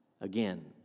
again